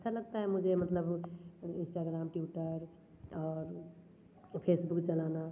अच्छा लगता है मुझे मतलब इंस्टाग्राम ट्यूटर और फेसबुक चलाना